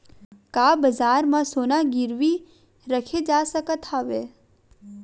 का बजार म सोना गिरवी रखे जा सकत हवय?